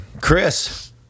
chris